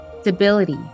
Stability